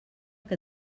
que